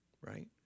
right